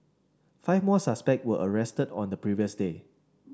five more suspect were arrested on the previous day